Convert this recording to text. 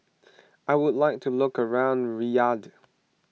I would like to look around Riyadh